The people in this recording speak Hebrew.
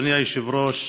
אדוני היושב-ראש,